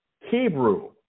Hebrew